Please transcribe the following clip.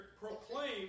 proclaim